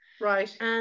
right